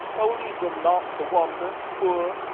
o leave them not to wander poor,